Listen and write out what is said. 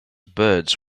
birds